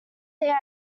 there